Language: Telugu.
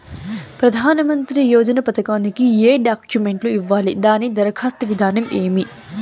ప్రధానమంత్రి యోజన పథకానికి ఏ డాక్యుమెంట్లు ఇవ్వాలి దాని దరఖాస్తు విధానం ఏమి